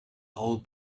all